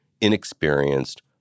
inexperienced